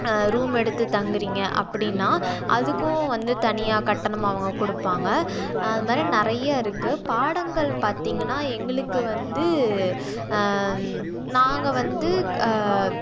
room எடுத்து தங்குறீங்க அப்படின்னா அதுக்கும் வந்து தனியாக கட்டணம் அவங்க கொடுப்பாங்க அதுமாதிரி நிறையா இருக்கு பாடங்கள் பார்த்திங்கனா எங்களுக்கு வந்து நாங்கள் வந்து